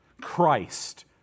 Christ